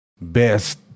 best